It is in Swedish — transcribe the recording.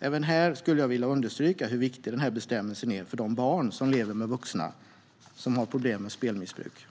Även här skulle jag vilja understryka hur viktig bestämmelsen är för de barn som lever med vuxna som har problem med spelmissbruk.